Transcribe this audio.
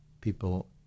people